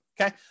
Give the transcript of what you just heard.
okay